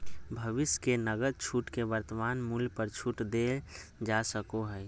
भविष्य के नकद छूट के वर्तमान मूल्य पर छूट देल जा सको हइ